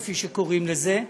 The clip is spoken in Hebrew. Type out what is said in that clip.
כפי שקוראים לזה,